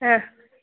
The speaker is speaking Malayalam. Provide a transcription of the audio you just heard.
ആ